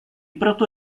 proto